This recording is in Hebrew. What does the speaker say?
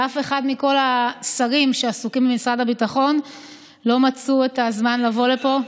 שאף אחד מכל השרים שעסוקים במשרד הביטחון לא מצא את הזמן לבוא לפה.